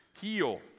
heal